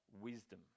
wisdom